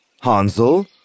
Hansel